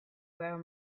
were